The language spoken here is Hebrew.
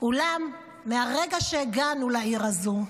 אולם מהרגע שהגענו לעיר הזאת,